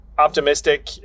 Optimistic